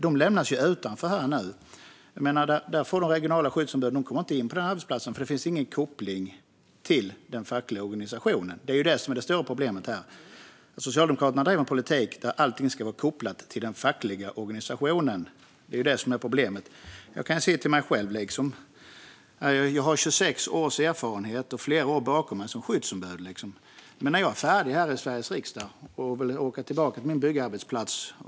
De regionala skyddsombuden lämnas utanför här. De kommer inte in på dessa arbetsplatser, för där finns ingen koppling till den fackliga organisationen. Det är det som är det stora problemet här. Socialdemokraterna driver en politik där allting ska vara kopplat till den fackliga organisationen. Jag kan se till mig själv. Jag har 26 års erfarenhet och flera år bakom mig som skyddsombud. Men när jag är färdig här i Sveriges riksdag kanske jag vill åka tillbaka till min byggarbetsplats.